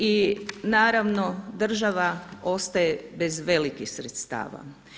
I naravno država ostaje bez velikih sredstava.